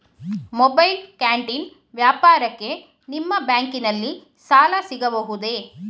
Mobile canteen ವ್ಯಾಪಾರಕ್ಕೆ ನಿಮ್ಮ ಬ್ಯಾಂಕಿನಲ್ಲಿ ಸಾಲ ಸಿಗಬಹುದೇ?